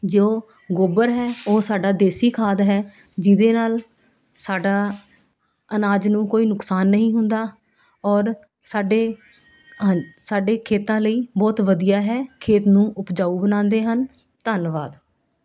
ਜੋ ਗੋਬਰ ਹੈ ਉਹ ਸਾਡਾ ਦੇਸੀ ਖਾਦ ਹੈ ਜਿਹਦੇ ਨਾਲ ਸਾਡੇ ਅਨਾਜ ਨੂੰ ਕੋਈ ਨੁਕਸਾਨ ਨਹੀਂ ਹੁੰਦਾ ਔਰ ਸਾਡੇ ਹਾਂਜੀ ਸਾਡੇ ਖੇਤਾਂ ਲਈ ਬਹੁਤ ਵਧੀਆ ਹੈ ਖੇਤ ਨੂੰ ਉਪਜਾਊ ਬਣਾਉਂਦੇ ਹਨ ਧੰਨਵਾਦ